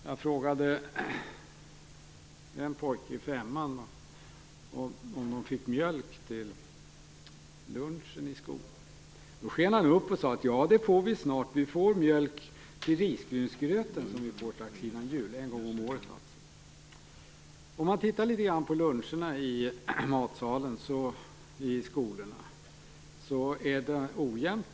Jag frågade en pojke i femman om de fick mjölk till lunchen i skolan. Då sken han upp och sade: Ja, det får vi snart. Vi får mjölk till risgrynsgröten som vi får strax innan jul. En gång om året, alltså. Hur luncherna ser ut i skolorna varierar.